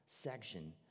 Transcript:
section